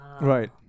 Right